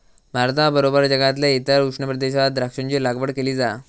भारताबरोबर जगातल्या इतर उष्ण प्रदेशात द्राक्षांची लागवड केली जा